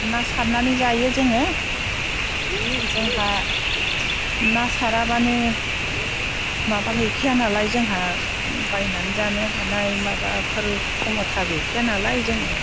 ना सारनानै जायो जोङो जोंहा ना साराब्लानो माबा गैखायानालाय जोंहा बानायनानै जानो हानाय माबाफोर खमथा गैखायानालाय जोङो